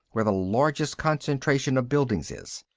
where the largest concentration of buildings is.